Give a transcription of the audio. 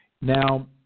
Now